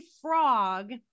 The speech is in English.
frog